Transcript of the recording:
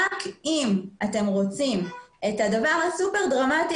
רק אם אתם רוצים את הדבר הסופר דרמטי